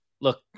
Look